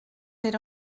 era